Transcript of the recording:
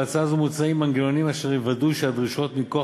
בהצעה זו מוצעים מנגנונים אשר יוודאו שהדרישות מכוח